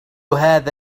هذا